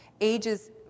Ages